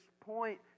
point